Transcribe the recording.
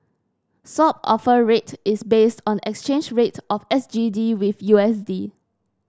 Swap Offer Rate is based on the exchange rate of S G D with U S D